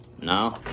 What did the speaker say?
no